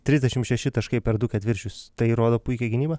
trisdešimt šeši taškai per du ketvirčius tai rodo puikią gynybą